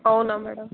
అవునా మ్యాడమ్